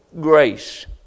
grace